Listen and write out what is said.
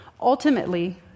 Ultimately